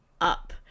up